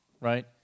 right